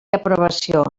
aprovació